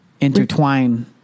Intertwine